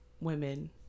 women